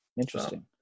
interesting